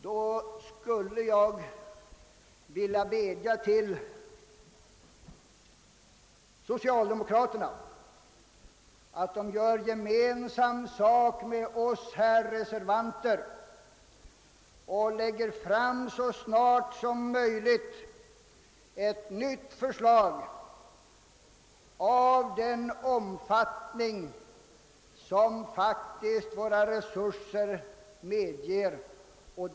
Jag skulle i så fall vilja vädja till socialdemokraterna om att göra gemensam sak med oss reservanter och så snart som möjligt lägga fram ett nytt förslag av den omfattning som våra resurser faktiskt medger.